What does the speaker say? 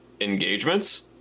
engagements